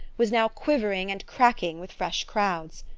was now quivering and cracking with fresh crowds.